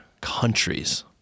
countries